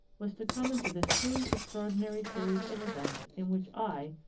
was to come into this truly extraordinary series of events in which i,